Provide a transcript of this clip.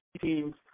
teams